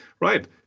Right